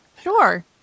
Sure